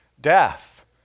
death